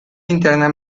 interna